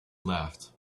laughed